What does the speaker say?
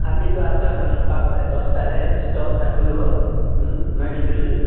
କାଲିକୁ ଆସ ହେଲେ ମୋର ପାଖରେ ଦଶଟାରେ ଷ୍ଟୋର୍ଟା ଖୋଲିବ ମୁଁ ମେଡ଼ିସନ୍ ଦେବି